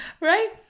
right